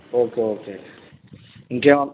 okay okay ఇంకేం